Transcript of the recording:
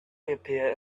appear